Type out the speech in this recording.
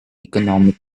economic